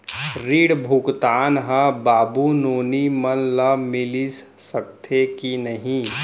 ऋण भुगतान ह बाबू नोनी मन ला मिलिस सकथे की नहीं?